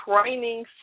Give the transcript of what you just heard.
training